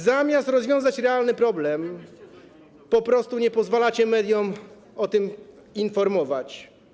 Zamiast rozwiązać realny problem, po prostu nie pozwalacie mediom o tym informować.